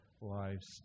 lives